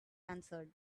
answered